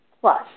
plus